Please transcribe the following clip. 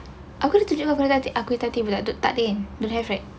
aku dah cucuk dah check aku punya timetable untuk tuck in don't have right